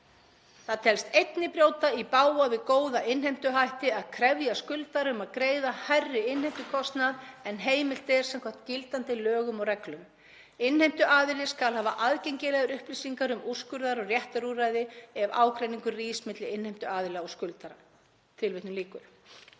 „Það telst einnig brjóta í bága við góða innheimtuhætti að krefja skuldara um að greiða hærri innheimtukostnað en heimilt er samkvæmt gildandi lögum og reglum. Innheimtuaðili skal hafa aðgengilegar upplýsingar um úrskurðar- og réttarúrræði ef ágreiningur rís milli innheimtuaðila og skuldara.“ Þannig verði